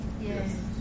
Yes